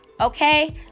okay